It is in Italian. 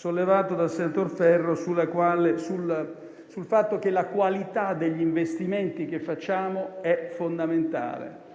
con il senatore Ferro sul fatto che la qualità degli investimenti che facciamo è fondamentale.